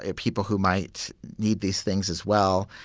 ah people who might need these things as well.